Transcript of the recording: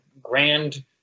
grand